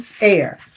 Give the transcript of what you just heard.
air